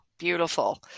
beautiful